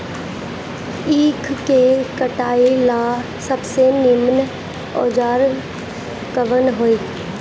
ईख के कटाई ला सबसे नीमन औजार कवन होई?